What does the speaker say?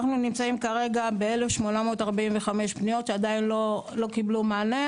אנחנו נמצאים כרגע ב-1,845 פניות שעדיין לא קיבלו מענה,